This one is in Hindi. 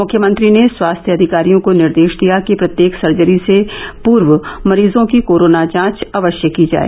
मुख्यमंत्री ने स्वास्थ्य अधिकारियों को निर्देश दिया कि प्रत्येक सर्जरी से पूर्व मरीजों की कोरोना जांच अवश्य की जाए